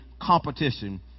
competition